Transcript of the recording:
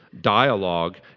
dialogue